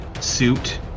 suit